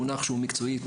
הוא לא מונח שקיים מקצועית.